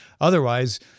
Otherwise